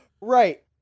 right